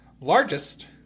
largest